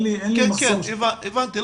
הבנתי.